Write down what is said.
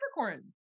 Capricorn